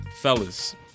Fellas